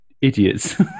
idiots